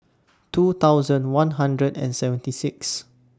two thousand one hundred and seventy Sixth